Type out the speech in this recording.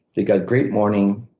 they've got great morning